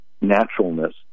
naturalness